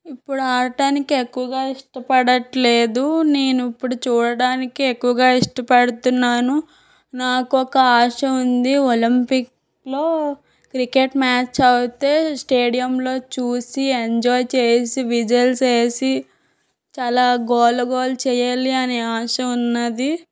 ఇప్పుడు ఆడటానికి ఎక్కువగా ఇష్టపడటం లేదు నేను ఇప్పుడు చూడడానికే ఎక్కువగా ఇష్టపడుతున్నాను నాకు ఒక ఆశ ఉంది ఒలింపిక్లో క్రికెట్ మ్యాచ్ అయితే స్టేడియంలో చూసి ఎంజాయ్ చేసి విజిల్స్ వేసి చాలా గోల గోల చెయ్యాలి అని ఆశ ఉంది